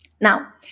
now